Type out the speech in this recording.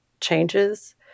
changes